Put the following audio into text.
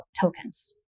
tokens